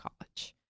College